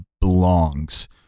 belongs